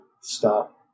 stop